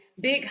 Big